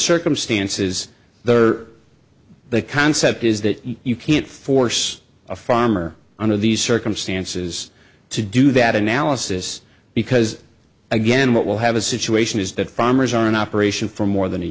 circumstances there the concept is that you can't force a farmer on of these circumstances to do that analysis because again what will have a situation is that farmers are in operation for more than a